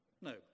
No